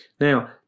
now